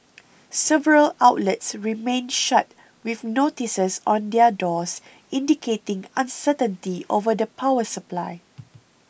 several outlets remained shut with notices on their doors indicating uncertainty over the power supply